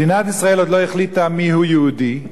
מדינת ישראל עוד לא החליטה מיהו יהודי,